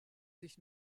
sich